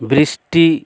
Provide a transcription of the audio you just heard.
বৃষ্টি